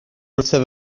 wrtho